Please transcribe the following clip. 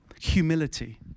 Humility